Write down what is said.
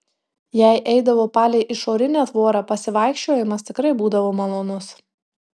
jei eidavo palei išorinę tvorą pasivaikščiojimas tikrai būdavo malonus